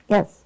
Yes